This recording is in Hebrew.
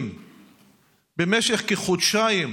תושבים במשך כחודשיים